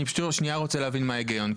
אני רוצה להבין את ההיגיון.